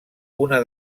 una